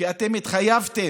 כי אתם התחייבתם